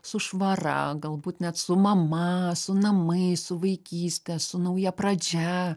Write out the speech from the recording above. su švara galbūt net su mama su namais su vaikyste su nauja pradžia